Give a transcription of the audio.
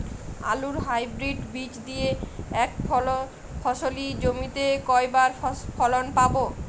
আলুর হাইব্রিড বীজ দিয়ে এক ফসলী জমিতে কয়বার ফলন পাব?